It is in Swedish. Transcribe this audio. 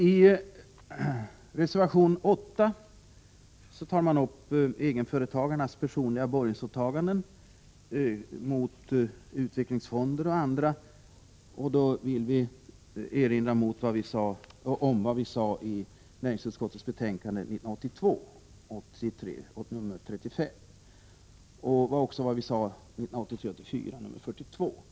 I reservation 8 tar man upp egenföretagarnas personliga borgensåtaganden mot utvecklingsfonder och andra. Jag vill erinra om vad vi sade i näringsutskottets betänkanden 1982 84:42.